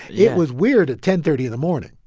it was weird at ten thirty in the morning